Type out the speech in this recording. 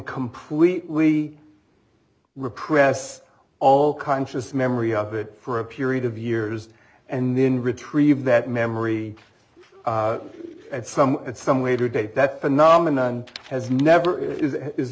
completely repress all conscious memory of it for a period of years and then retrieve that memory at some at some later date that phenomenon has never is